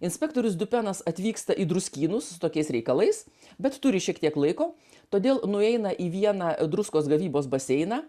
inspektorius dupenas atvyksta į druskynus su tokiais reikalais bet turi šiek tiek laiko todėl nueina į vieną druskos gavybos baseiną